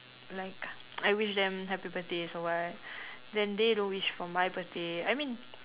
like I wish them happy birthdays or what then they don't wish for my birthday I mean